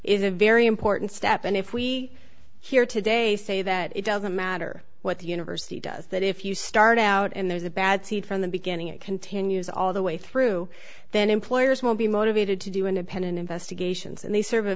is a very important step and if we here today say that it doesn't matter what the university does that if you start out and there's a bad seed from the beginning it continues all the way through then employers will be motivated to do independent investigations and they serve a